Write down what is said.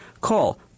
Call